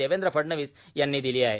देवंद्रे फडवणीवस यांनी दिली आहे